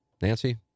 Nancy